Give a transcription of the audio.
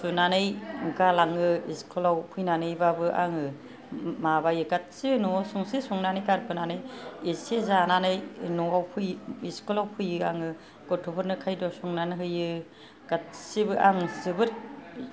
सुनानै गालाङो इस्कुलाव फैनानैबाबो आङो माबायो गासिबो न'आव संसे संनानै गारबोनानै एसे जानानै न'आव इस्कुलाव फैयो आङो गथ'फोरनो खायद' संनानै होयो गासिबो आं जोबोद